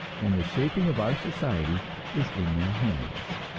and the shaping of our society is in their hands.